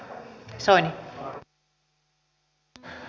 arvoisa rouva puhemies